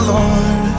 Lord